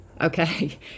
Okay